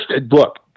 Look